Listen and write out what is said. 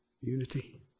unity